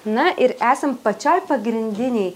na ir esam pačioj pagrindinėj